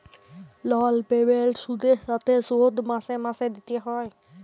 লল পেমেল্ট সুদের সাথে শোধ মাসে মাসে দিতে হ্যয়